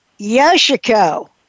Yoshiko